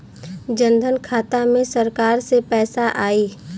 जनधन खाता मे सरकार से पैसा आई?